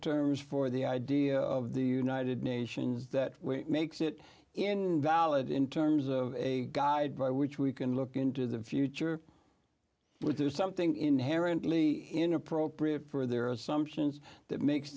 terms for the idea of the united nations that makes it in valid in terms of a guide by which we can look into the future but there's something inherently inappropriate for their assumptions that makes